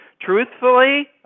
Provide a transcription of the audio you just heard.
Truthfully